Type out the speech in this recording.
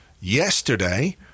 yesterday